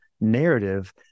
narrative